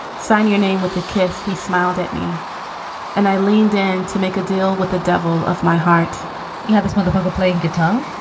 sign your name with a kiss. he smiled at me and i leaned in to make a deal with the devil of my heart you have this motherfucker playing guitar?